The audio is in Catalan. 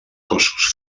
cossos